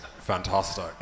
Fantastic